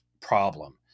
problem